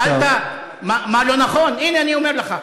שאלת מה לא נכון, הנה אני אומר לך.